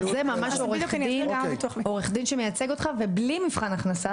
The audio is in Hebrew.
זה ממש עורך דין שמייצג אותך, ובלי מבחן הכנסה.